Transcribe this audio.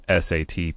SAT